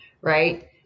right